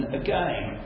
again